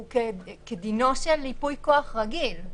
הוא כדינו של ייפוי כוח רגיל.